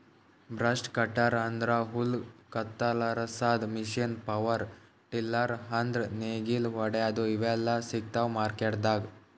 brush cutter ಅಂದ್ರ ಹುಲ್ಲ್ ಕತ್ತರಸಾದ್ ಮಷೀನ್ ಪವರ್ ಟಿಲ್ಲರ್ ಅಂದ್ರ್ ನೇಗಿಲ್ ಹೊಡ್ಯಾದು ಇವೆಲ್ಲಾ ಸಿಗ್ತಾವ್ ಮಾರ್ಕೆಟ್ದಾಗ್